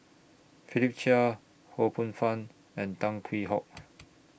Philip Chia Ho Poh Fun and Tan Hwee Hock